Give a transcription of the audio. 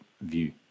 view